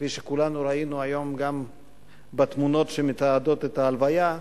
כפי שכולנו ראינו היום גם בתמונות שמתעדות את ההלוויה,